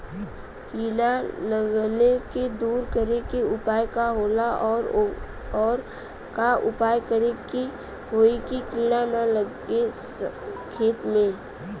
कीड़ा लगले के दूर करे के उपाय का होला और और का उपाय करें कि होयी की कीड़ा न लगे खेत मे?